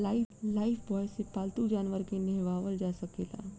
Lifebuoy से पाल्तू जानवर के नेहावल जा सकेला